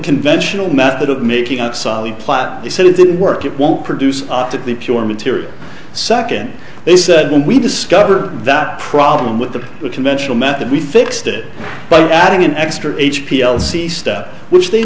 conventional method of making of solid plot he said it didn't work it won't produce optically pure material second they said when we discovered that problem with the conventional method we fixed it by adding an extra h p l c stuff which they